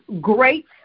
great